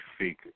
seek